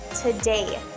today